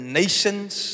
nations